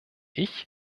ich